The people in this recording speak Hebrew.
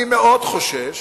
אני חושש